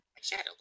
Shadow